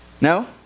No